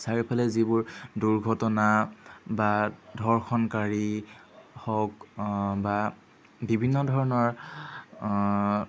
চাৰিওফালে যিবোৰ দুৰ্ঘটনা বা ধৰ্ষণকাৰী হওক বা বিভিন্ন ধৰণৰ